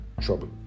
trouble